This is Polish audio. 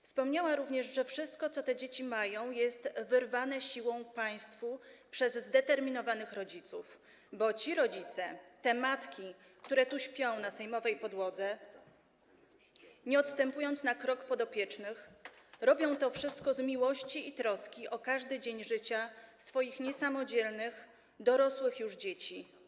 Wspomniała również, że wszystko, co te dzieci mają, jest siłą wyrwane państwu przez zdeterminowanych rodziców, bo ci rodzice, te matki, które tu śpią na sejmowej podłodze, nie odstępując na krok podopiecznych, robią to wszystko z miłości i troski o każdy dzień życia swoich niesamodzielnych, dorosłych już dzieci.